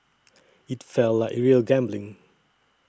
it felt like real gambling